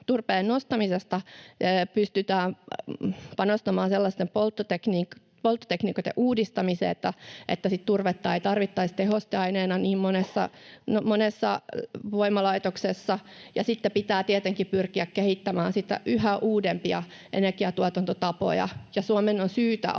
turpeen nostamisesta että pystytään panostamaan sellaisten polttotekniikoiden uudistamiseen, että sitten turvetta ei tarvittaisi tehosteaineena niin monessa voimalaitoksessa. Sitten pitää tietenkin pyrkiä kehittämään niitä yhä uudempia energiantuotantotapoja. Suomen on syytä